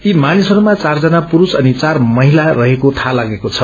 यी मानिसहरूमा चारजना पुस्तष अनि चार महीना रहेको थाहा लागेको छ